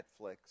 Netflix